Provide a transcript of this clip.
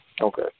Okay